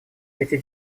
эти